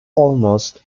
almost